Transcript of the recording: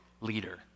leader